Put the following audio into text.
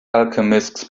alchemists